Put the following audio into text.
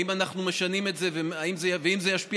האם אנחנו משנים את זה והאם זה ישפיע